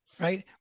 right